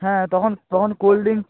হ্যাঁ তখন তখন কোল্ড ড্রিংস